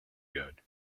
good